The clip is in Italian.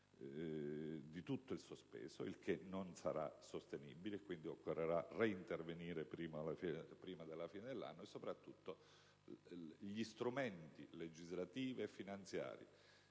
di tutto il sospeso, il che non sarà sostenibile, e quindi occorrerà reintervenire prima della fine dell'anno. Soprattutto si è dimostrato che gli strumenti legislativi e finanziari